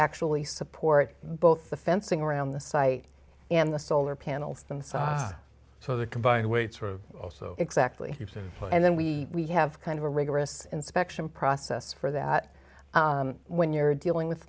actually support both the fencing around the site and the solar panels them saw so the combined weights were also exactly and then we we have kind of a rigorous inspection process for that when you're dealing with